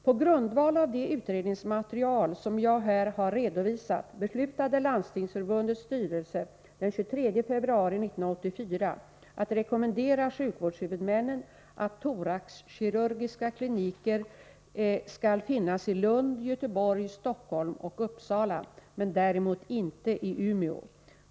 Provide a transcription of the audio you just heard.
På grundval av det utredningsmaterial som jag här har redovisat beslutade Landstingsförbundets styrelse den 23 februari 1984 att rekommendera sjukvårdshuvudmännen att thoraxkirurgiska kliniker skall finnas i Lund, Göteborg, Stockholm och Uppsala, men däremot inte i Umeå.